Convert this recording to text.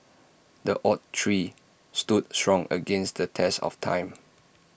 the oak tree stood strong against the test of time